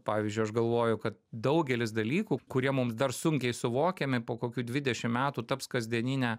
pavyzdžiui aš galvoju kad daugelis dalykų kurie mum dar sunkiai suvokiami po kokių dvidešim metų taps kasdienine